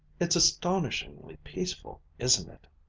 it's astonishingly peaceful, isn't it?